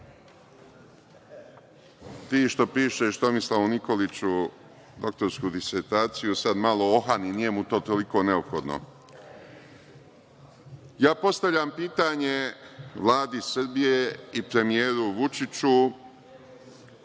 što pišeš Tomislavu Nikoliću doktorsku disertaciju sada malo okani, nije mu to toliko neophodno. Postavljam pitanje Vladi Srbije i premijeru Vučiću